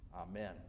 amen